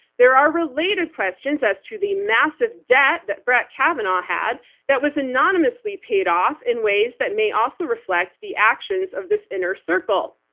there are related questions as to the massive debt that brett kavanaugh had that was anonymously paid off in ways that may also reflect the actions of this inner circle.